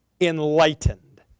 enlightened